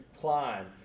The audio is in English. climb